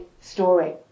story